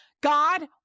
God